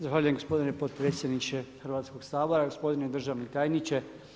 Zahvaljujem gospodine potpredsjedniče Hrvatskog sabora, gospodine državni tajniče.